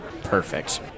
Perfect